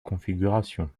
configuration